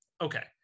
Okay